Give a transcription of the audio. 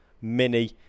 Mini